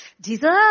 Jesus